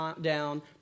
down